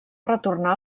retornà